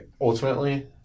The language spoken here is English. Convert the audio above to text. ultimately –